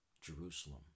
Jerusalem